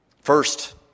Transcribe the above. First